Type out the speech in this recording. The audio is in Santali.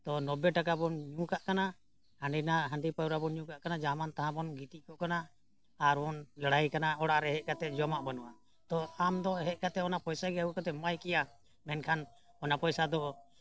ᱛᱳ ᱱᱚᱵᱵᱳᱭ ᱴᱟᱠᱟ ᱵᱚᱱ ᱧᱩ ᱠᱟᱜ ᱠᱟᱱᱟ ᱦᱟᱺᱰᱤ ᱯᱟᱣᱨᱟ ᱵᱚᱱ ᱧᱩ ᱠᱟᱜ ᱠᱟᱱᱟ ᱡᱟᱦᱟᱸᱢᱟᱱ ᱛᱟᱦᱟᱸ ᱵᱚᱱ ᱜᱤᱛᱤᱡ ᱠᱚᱜ ᱠᱟᱱᱟ ᱟᱨᱵᱚᱱ ᱞᱟᱹᱲᱦᱟᱹᱭ ᱠᱟᱱᱟ ᱚᱲᱟᱜ ᱨᱮ ᱦᱮᱡ ᱠᱟᱛᱮᱫ ᱡᱚᱢᱟᱜ ᱵᱟᱹᱱᱩᱜᱼᱟ ᱛᱳ ᱟᱢᱫᱚ ᱦᱮᱡ ᱠᱟᱛᱮᱫ ᱚᱱᱟ ᱯᱚᱭᱥᱟᱜᱮ ᱟᱹᱜᱩ ᱠᱟᱛᱮᱫ ᱮᱢᱟᱭ ᱠᱮᱭᱟ ᱢᱮᱱᱠᱷᱟᱱ ᱚᱱᱟ ᱯᱚᱭᱥᱟ ᱫᱚ